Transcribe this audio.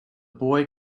boy